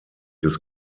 des